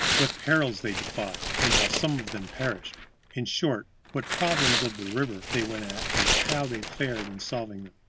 what perils they defied, and how some of them perished in short, what problems of the river they went at and how they fared in solving them.